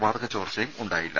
വാതകചോർച്ചയും ഉണ്ടായില്ല